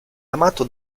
amato